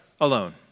alone